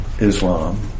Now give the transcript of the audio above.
Islam